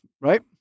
right